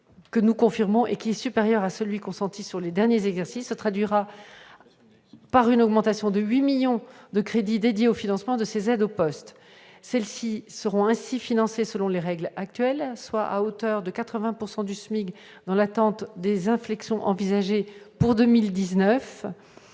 personnes handicapées. Cet effort, supérieur à celui consenti lors des derniers exercices, se traduira par une augmentation de 8 millions d'euros des crédits dédiés au financement de ces aides au poste. Celles-ci seront financées selon les règles actuelles, soit à hauteur de 80 % du SMIC, dans l'attente des inflexions envisagées pour 2019.